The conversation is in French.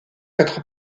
quatre